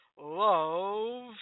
love